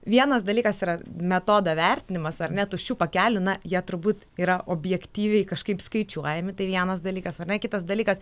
vienas dalykas yra metodo vertinimas ar ne tuščių pakelių na jie turbūt yra objektyviai kažkaip skaičiuojami tai vienas dalykas ar ne kitas dalykas